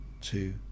two